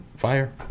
Fire